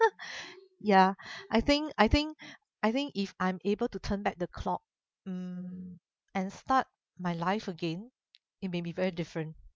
ya I think I think I think if I'm able to turn back the clock mm and start my life again it may be very different